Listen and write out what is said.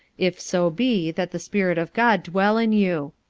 if so be that the spirit of god dwell in you.